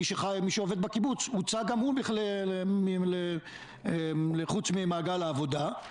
מי שעובד בקיבוץ מוצא גם הוא מחוץ למעגל העבודה.